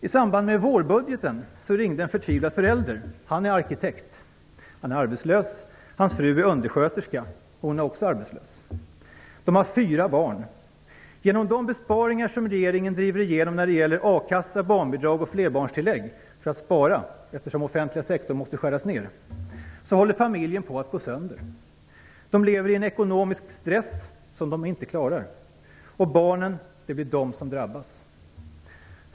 I samband med vårbudgeten ringde en förtvivlad förälder. Han är arkitekt och arbetslös. Frun är undersköterska, och hon är också arbetslös. De har fyra barn. Genom de besparingar som regeringen driver igenom när det gäller a-kassa, barnbidrag och flerbarnstillägg för att spara - eftersom den offentliga sektorn måste skäras ned - håller familjen på att gå sönder. De lever under en ekonomisk stress som de inte klarar. Barnen blir de som drabbas.